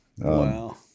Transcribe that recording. wow